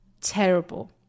terrible